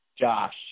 Josh